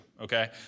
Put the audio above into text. okay